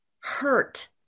hurt